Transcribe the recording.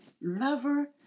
lover